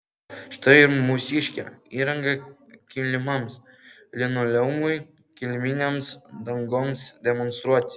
štai ir mūsiškė įranga kilimams linoleumui kiliminėms dangoms demonstruoti